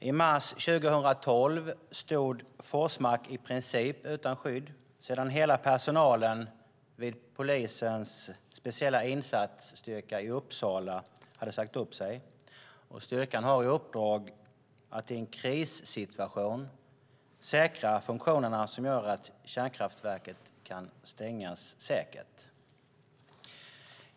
I mars 2012 stod Forsmark i princip utan skydd sedan hela personalen vid polisens speciella insatsstyrka i Uppsala hade sagt upp sig. Styrkan har i uppdrag att i en krissituation säkra de funktioner som gör att kärnkraftverket kan stängas säkert.